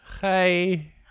Hey